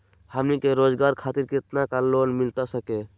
हमनी के रोगजागर खातिर कितना का लोन मिलता सके?